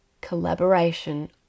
Collaboration